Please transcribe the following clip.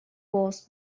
was